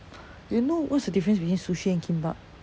you know what's the difference between sushi and kimbap